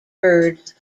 birds